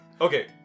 Okay